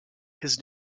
his